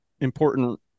important